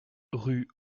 rue